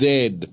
Dead